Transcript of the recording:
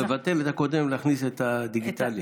לבטל את הקודם ולהכניס את הדיגיטלי.